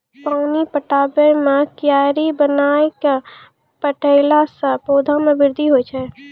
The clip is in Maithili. पानी पटाबै मे कियारी बनाय कै पठैला से पौधा मे बृद्धि होय छै?